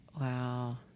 Wow